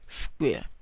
square